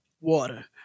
Water